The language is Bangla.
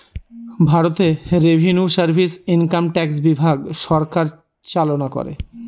ভারতে রেভিনিউ সার্ভিস ইনকাম ট্যাক্স বিভাগ সরকার চালনা করে